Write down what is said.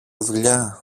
δουλειά